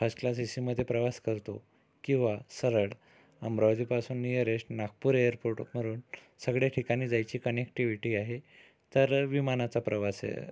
first class A सीमध्ये प्रवास करतो किंवा सरळ अमरावतीपासून निअरेस्ट नागपूर एअरपोर्टवरून सगळया ठिकाणी जायची कनेक्टिविटी आहे तर विमानाचा प्रवास आहे